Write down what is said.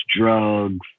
drugs